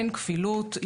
אין כפילות,